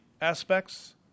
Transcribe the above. aspects